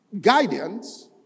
guidance